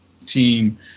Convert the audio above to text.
team